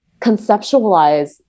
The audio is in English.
conceptualize